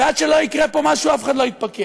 ועד שלא יקרה פה משהו אף אחד לא יתפכח,